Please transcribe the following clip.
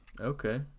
Okay